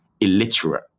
illiterate